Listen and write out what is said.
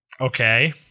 okay